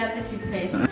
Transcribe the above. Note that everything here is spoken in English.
the toothpaste?